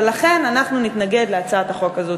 ולכן אנחנו נתנגד להצעת החוק הזו.